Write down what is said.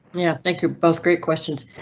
yeah, thank you both great questions.